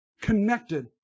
connected